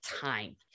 time